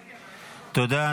תודה.